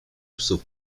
psów